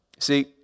See